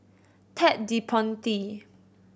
Ted De Ponti